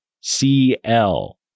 CL